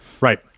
Right